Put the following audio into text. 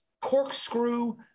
corkscrew